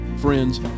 friends